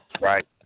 Right